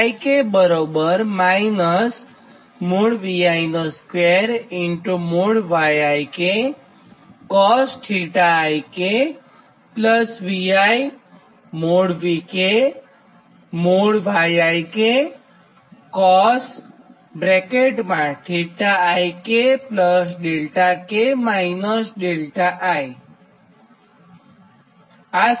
આ